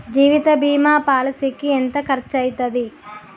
జీవిత బీమా పాలసీకి ఎంత ఖర్చయితది?